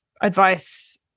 advice